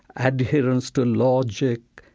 adherence to logic,